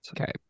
okay